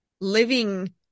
living